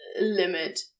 Limit